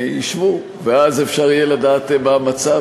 ישבו, ואז יהיה אפשר לדעת מה המצב.